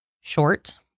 Short